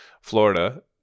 Florida